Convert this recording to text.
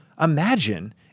imagine